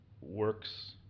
works